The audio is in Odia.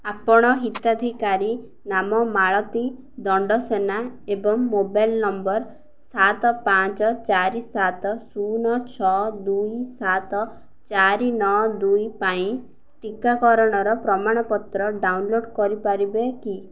ଆପଣ ହିତାଧିକାରୀ ନାମ ମାଳତୀ ଦଣ୍ଡସେନାଏବଂ ମୋବାଇଲ୍ ନମ୍ବର ସାତ ପାଞ୍ଚ ଚାରି ସାତ ଶୂନ ଛଅ ଦୁଇ ସାତ ଚାରି ନଅ ଦୁଇ ପାଇଁ ଟିକାକରଣର ପ୍ରମାଣପତ୍ର ଡାଉନଲୋଡ଼୍ କରିପାରିବେ କି